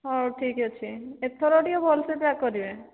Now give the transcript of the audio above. ହେଉ ଠିକ ଅଛି ଏଥର ଟିକେ ଭଲ ସେ ପ୍ୟାକ୍ କରିବେ